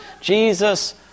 jesus